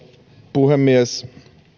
puhemies